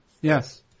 Yes